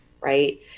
right